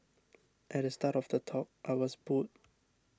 at the start of the talk I was booed